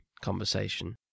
conversation